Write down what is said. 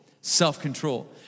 Self-control